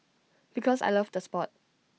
because I loved the Sport